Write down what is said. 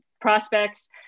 prospects